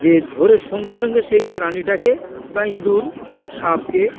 যে ধরে সঙ্গে সঙ্গে সেই প্রাণীটাকে বা ইঁদুর সাপকে